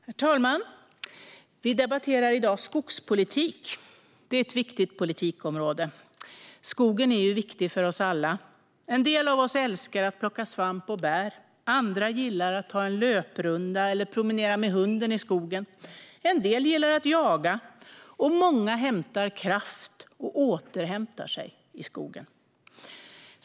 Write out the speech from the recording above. Herr talman! Vi debatterar i dag skogspolitik. Det är ett viktigt politikområde. Skogen är viktig för oss alla. En del av oss älskar att plocka svamp och bär. Andra gillar att ta en löprunda eller promenera med hunden i skogen. En del gillar att jaga. Många hämtar kraft, och återhämtar sig, i skogen.